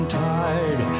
tired